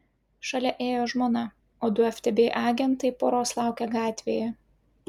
šalia ėjo žmona o du ftb agentai poros laukė gatvėje